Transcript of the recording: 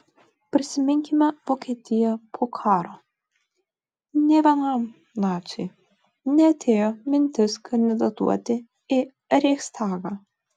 prisiminkime vokietiją po karo nė vienam naciui neatėjo mintis kandidatuoti į reichstagą